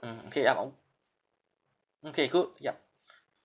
mm okay okay cool yup